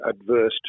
adverse